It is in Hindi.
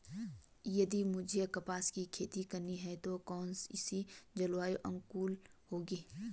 यदि मुझे कपास की खेती करनी है तो कौन इसी जलवायु अनुकूल होगी?